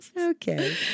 Okay